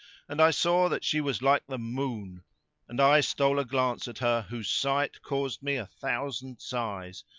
and i saw that she was like the moon and i stole a glance at her whose sight caused me a thousand sighs,